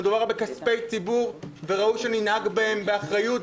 מדובר בכספי ציבור וראוי שננהג בהם באחריות,